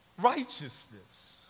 righteousness